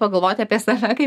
pagalvoti apie save kai